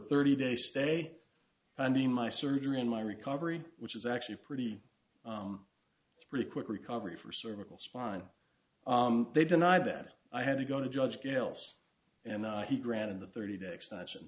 thirty day stay and a my surgery and my recovery which is actually pretty it's pretty quick recovery for cervical spine they denied that i had to go to judge gayle's and he granted the thirty day extension